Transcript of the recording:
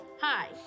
Hi